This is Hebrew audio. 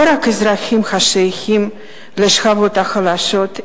לא רק אזרחים השייכים לשכבות החלשות,